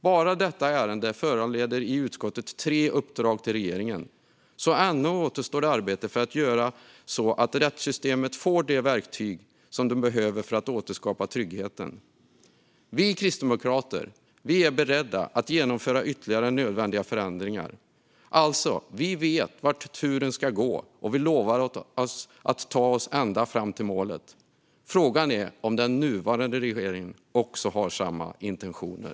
Bara detta ärende föranleder i utskottet tre uppdrag till regeringen. Ännu återstår arbete för att göra så att rättssystemet får de verktyg som behövs för att återskapa tryggheten. Vi kristdemokrater är beredda att genomföra ytterligare nödvändiga förändringar. Vi vet vart turen ska gå, och vi lovar att ta oss ända fram till målet. Frågan är om den nuvarande regeringen också har samma intentioner.